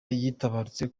yaratabarutse